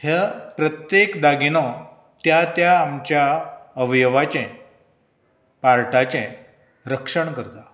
ह्या प्रत्येक दागिनो त्या त्या आमच्या अवयवाचें पार्टाचें रक्षण करता